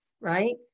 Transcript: right